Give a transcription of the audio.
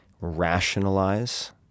rationalize